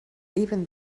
even